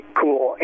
cool